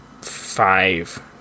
Five